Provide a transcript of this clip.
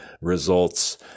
results